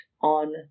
on